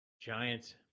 Giants